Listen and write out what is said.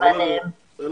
אנו